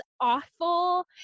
awful